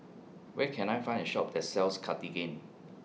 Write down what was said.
Where Can I Find A Shop that sells Cartigain